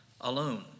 alone